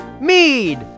Mead